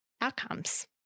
outcomes